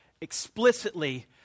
explicitly